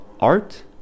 art